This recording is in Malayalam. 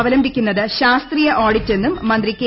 അവലംബിക്കുന്നത് ശാസ്ത്രീയ ഓഡിറ്റ് എന്നും മന്ത്രി കെ